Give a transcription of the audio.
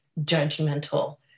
judgmental